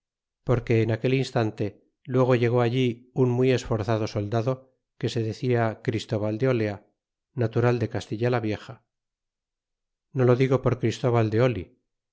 porque en aquel instante luego llegó allí un muy esforzado soldado que se decía christóbal de olea natural de castilla la vieja no lo digo por christóbal de y